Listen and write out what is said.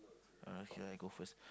uh okay lah I go first